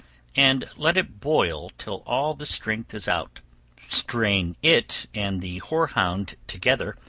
and let it boil till all the strength is out strain it and the hoarhound together,